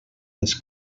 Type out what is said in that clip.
les